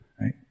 right